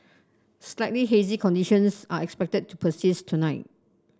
slightly hazy conditions are expected to persist tonight